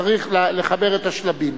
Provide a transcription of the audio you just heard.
צריך לחבר את השלבים.